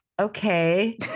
okay